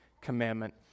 commandment